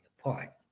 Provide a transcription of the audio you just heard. apart